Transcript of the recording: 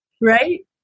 Right